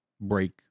break